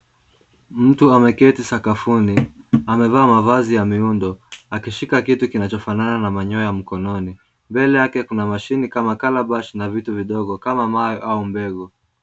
Mtu ameketi sakafuni, amevaa mavazi ya miundo akishika kitu kinachofanana na manyoya mkononi. Mbele yake kuna mashine kama calabash na vitu vidogo kama mawe au mbegu.